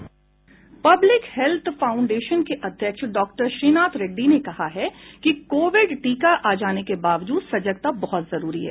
public health foundation के अध्यक्ष doctor Srinath Reddy ने कहा है कि कोविड टीका आ जाने के बावजूद सजगता बहुत जरूरी है